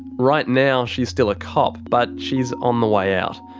right now she's still a cop, but she's on the way out.